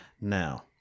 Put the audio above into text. Now